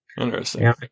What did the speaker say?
Interesting